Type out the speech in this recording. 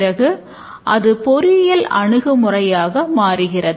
பிறகு அது பொறியியல் அணுகுமுறையாக மாறுகிறது